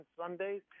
Sundays